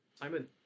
Simon